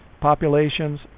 populations